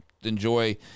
enjoy